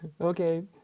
Okay